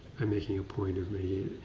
i'm making a point of maybe,